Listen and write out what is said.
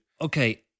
Okay